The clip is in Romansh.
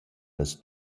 las